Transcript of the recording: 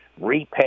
repay